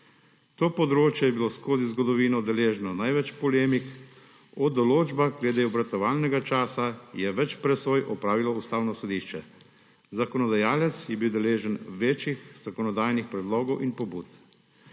To področje je bilo skozi zgodovino deležno največ polemik, o določbah glede obratovalnega časa je več presoj opravilo Ustavno sodišče. Zakonodajalec je bil deležen več zakonodajnih predlogov in pobud.